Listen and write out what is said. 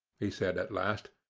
he said at last.